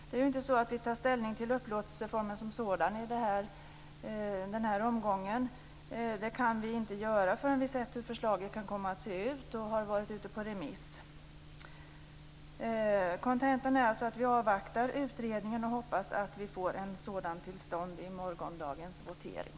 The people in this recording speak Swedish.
Vi tar inte ställning till upplåtelseformen som sådan i den här omgången. Det kan vi inte göra förrän vi har sett hur förslaget kan komma att se ut och det har varit ute på remiss. Vi avvaktar utredningen och hoppas att vi får en sådan till stånd vid morgondagens votering.